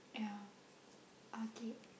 yeah okay